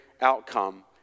outcome